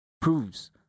proves